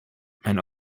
mijn